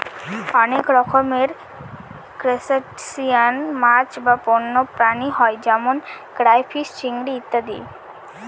অনেক রকমের ত্রুসটাসিয়ান মাছ বা প্রাণী হয় যেমন ক্রাইফিষ, চিংড়ি ইত্যাদি